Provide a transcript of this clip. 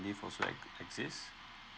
leave also ex exist